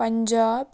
Punjab